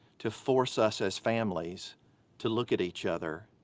to force us as families to look at each other,